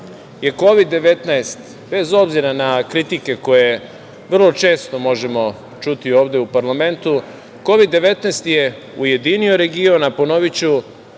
je Kovid-19 bez obzira na kritike koje vrlo često možemo čuti ovde u parlamentu, Kovid-19 je ujedinio region, a ponoviću,